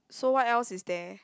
so what else is there